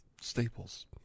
staples